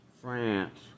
France